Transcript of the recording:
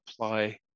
apply